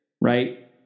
right